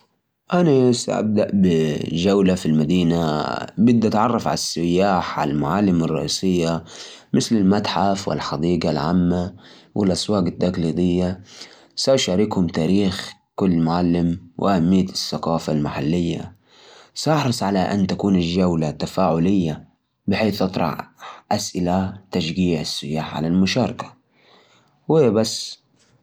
أهلاً وسهلاً في مدينتنا أول شي بنأخذكم على السوق الشعبي تشوفون الحرف اليدوية والأكلات الشعبية بعدين نروح لقلعة المدينة القديمة ونستمتع بالمناظر وبنهاية نتوجه على الكورنيش حيث تقدرون تشوفون غروب الشمس وتحسون بجو المدينة رح تكون رحلة مرة جميلة